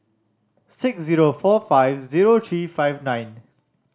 six zero four five zero three five nine